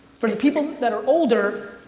for the people that are older,